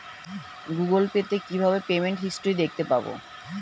Google pay তে কিভাবে payment history দেখতে পারবো?